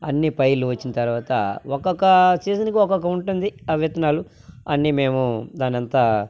అన్ని పైర్లు వచ్చిన తర్వాత ఒక్కొక్క సీజన్కి ఒక్కొక్క ఉంటుంది ఆ విత్తనాలు అన్నీ మేము దాన్నంతా